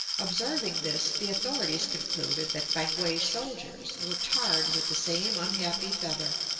observing this, the authorities concluded that fankwae soldiers were tarred with the same unhappy feather.